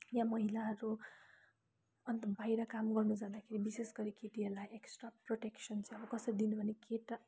या महिलाहरू अन्त बाहिर काम गर्नु जाँदाखेरि विशेष गरी केटीहरूलाई एक्स्ट्रा प्रोटेक्सन चाहिँ अब कसरी दिनुपर्ने केटा